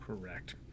Correct